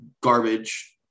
garbage